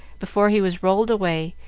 before he was rolled away,